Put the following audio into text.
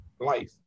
life